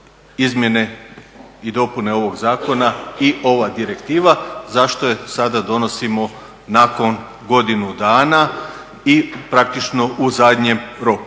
i dopune ovoga Zakona i ova direktiva, zašto je sada donosimo nakon godinu dana i praktično u zadnjem rok.